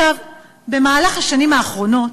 במהלך השנים האחרונות